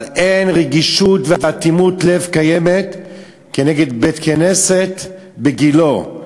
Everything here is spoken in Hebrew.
אבל אין רגישות ואטימות לב קיימת כנגד בית-כנסת בגילה.